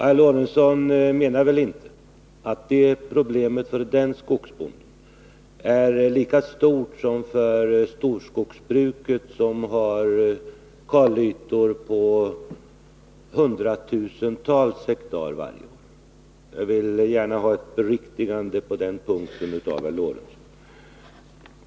Herr Lorentzon menar väl inte att det problemet för den skogsbonden är lika stort som det är för storskogsbruket som har kalytor på hundratusentals hektar varje år. Jag vill gärna ha ett beriktigande på den punkten av herr Lorentzon.